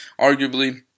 Arguably